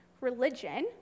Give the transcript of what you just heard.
religion